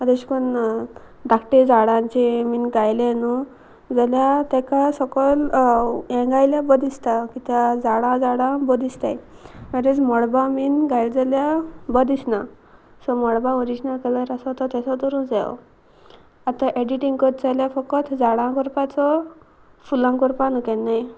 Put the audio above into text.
तेश कोन्न धाकटे झाडांचे मिन गायलें न्हू जाल्यार तेका सकल हें गायल्यार ब दिसता कित्याक झाडां झाडां बो दिसताय हेंच मळबा बीन घाय जाल्यार बरो दिसना सो मळबा ओरिजीनल कलर आसा तो तेसो दवरूंक जायो आतां एडिटींग कोत जाल्यार फकत झाडां करपाचो फुलां कोरपा न्हू केन्नाय